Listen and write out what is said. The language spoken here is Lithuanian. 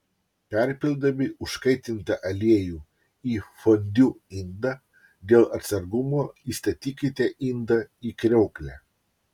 perpildami užkaitintą aliejų į fondiu indą dėl atsargumo įstatykite indą į kriauklę